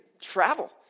travel